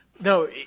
No